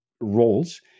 roles